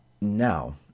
Now